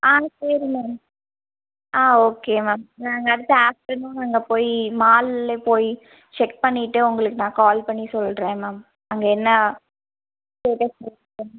ஆ சரி மேம் ஆ okay ma'am நாங்கள் அடுத்து ஆஃப்டர்நூன் அங்கே போய் மாலில் போய் செக் பண்ணிட்டு உங்களுக்கு நான் கால் பண்ணி சொல்கிறேன் மேம் அங்கே என்ன ஸ்டேட்டஸுனு